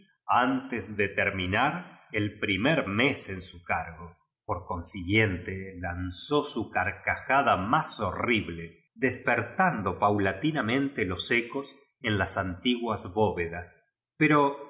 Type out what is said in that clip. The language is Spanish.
antes de terminar el primer mes en su cargo por consiguiente lanzó su carcajada más horrible despertando paulatinamente loa ecos en las antiguas bóvedas pero